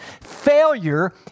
Failure